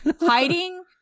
hiding